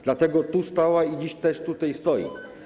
Dlatego tu stała i dziś też tutaj stoi.